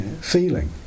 feeling